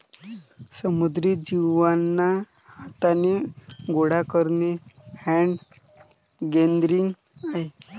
समुद्री जीवांना हाथाने गोडा करणे हैंड गैदरिंग आहे